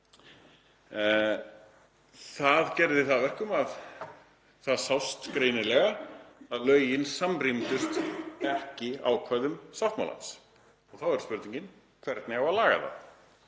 það gerði það að verkum að það sást greinilega að lögin samrýmdust ekki ákvæðum sáttmálans. Þá er spurningin: Hvernig á að laga það?